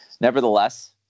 nevertheless